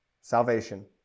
salvation